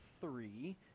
three